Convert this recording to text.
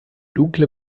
dunkle